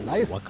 Nice